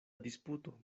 disputo